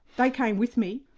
they came with me,